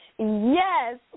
Yes